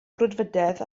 brwdfrydedd